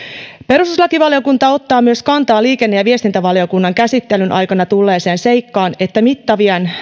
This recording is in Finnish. perustuslakivaliokunta ottaa myös kantaa liikenne ja viestintävaliokunnan käsittelyn aikana esiin tulleeseen seikkaan että mittavien